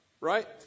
Right